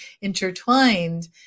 intertwined